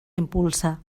impulsa